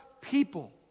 people